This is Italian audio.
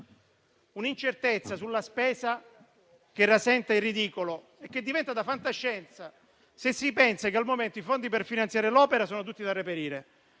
un'incertezza sulla spesa che rasenta il ridicolo e che diventa da fantascienza se si pensa che al momento i fondi per finanziare l'opera sono tutti da reperire